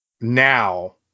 now